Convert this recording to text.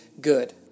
good